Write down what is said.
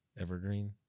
evergreen